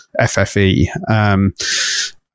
FFE